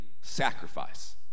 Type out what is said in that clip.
sacrifice